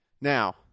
Now